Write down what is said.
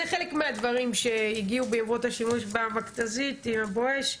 זה חלק מהדברים שהגיעו בעקבות השימוש במכת"זית עם ה"בואש".